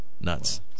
nuts